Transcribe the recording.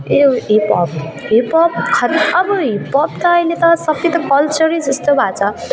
ए hip hop hip hop खालि अब hip hop त अहिले त सब त कल्चर जस्तो भएको छ